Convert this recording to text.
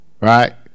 right